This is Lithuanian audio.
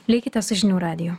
likite su žinių radiju